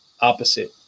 opposite